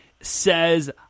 says